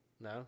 No